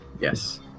yes